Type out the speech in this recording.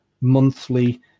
monthly